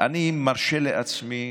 אני מרשה לעצמי,